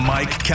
Mike